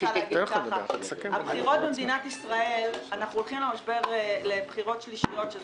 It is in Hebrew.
אנחנו הולכים לבחירות שלישיות במדינת ישראל, וזה